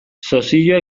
sozio